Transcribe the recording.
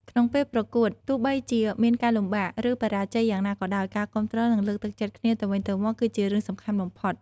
ក្នុងពេលប្រកួត ទោះបីជាមានការលំបាក ឬបរាជ័យយ៉ាងណាក៏ដោយ ការគាំទ្រ និងលើកទឹកចិត្តគ្នាទៅវិញទៅមកគឺជារឿងសំខាន់បំផុត។